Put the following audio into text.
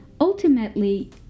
Ultimately